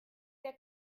der